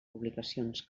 publicacions